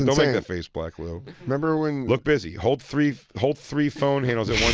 and like that face, black lou. remember when? look busy. hold three hold three phone handles at